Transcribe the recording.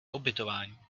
ubytování